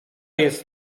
jest